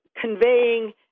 conveying